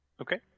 Okay